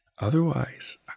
Otherwise